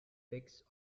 fixed